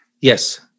Yes